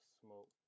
Smoke